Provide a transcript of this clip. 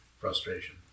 frustration